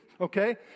Okay